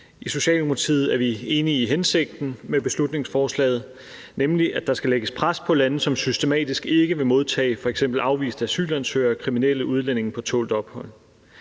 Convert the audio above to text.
I Socialdemokratiet er vi enige i hensigten med beslutningsforslaget, nemlig at der skal lægges pres på lande, som systematisk ikke vil modtage f.eks. afviste asylansøgere og kriminelle udlændinge på tålt ophold.